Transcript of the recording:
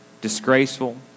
disgraceful